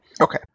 Okay